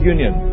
Union